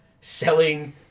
selling